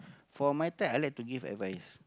for my turn I like to give advice